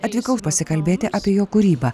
atvykau pasikalbėti apie jo kūrybą